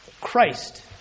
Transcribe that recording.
Christ